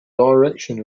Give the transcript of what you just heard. direction